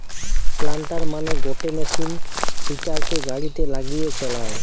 planter মানে গটে machine সিটোকে গাড়িতে লাগিয়ে চালায়